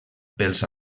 pels